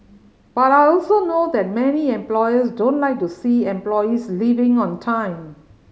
but I also know that many employers don't like to see employees leaving on time